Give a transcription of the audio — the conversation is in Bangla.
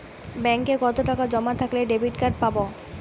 ব্যাঙ্কে কতটাকা জমা থাকলে ডেবিটকার্ড পাব?